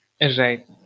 Right